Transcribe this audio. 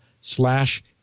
slash